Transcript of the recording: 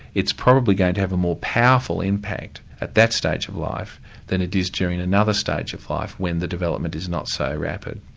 it's probably going to have a more powerful impact at that stage of life than it is during another stage of life when the development is not so rapid.